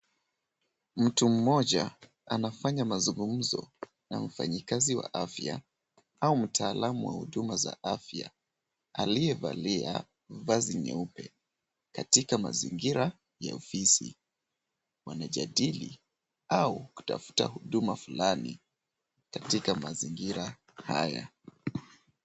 Mtu mmoja anafanya mazungumzo na mfanyikazi wa afya au mtaalamu wa huduma za afya aliyevalia vazi nyeupe katika mazingira ya ofisi. Wanajadili au kutafuta huduma fulani katika mazingira haya.